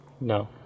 No